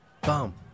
bum